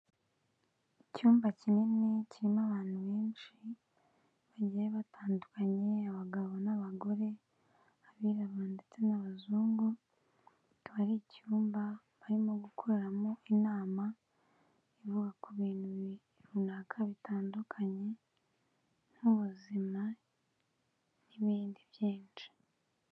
Icyumba kinini kirimo abantu benshi bagiye batandukanye abagabo n'abagore, abirabura ndetse n'abazungu, kikaba ari icyumba barimo gukoreramo inama ivuga ku bintu runaka bitandukanye n'ubuzima n'ibindi byinshi.